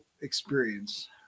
experience